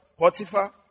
Potiphar